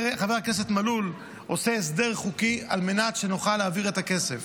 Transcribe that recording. חבר הכנסת מלול עושה הסדר חוקי על מנת שנוכל להעביר את הכסף.